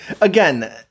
again